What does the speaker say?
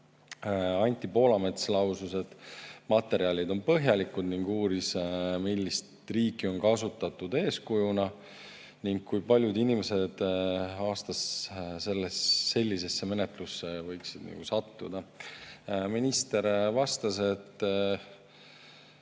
Anti Poolamets lausus, et materjalid on põhjalikud, ning uuris, millist riiki on kasutatud eeskujuna ning kui paljud inimesed aastas sellisesse menetlusse võiksid sattuda. Minister vastas, et